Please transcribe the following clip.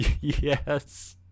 Yes